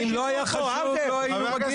הרי אם לא היה חשוב, לא היה מגיע.